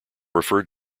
referred